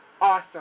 awesome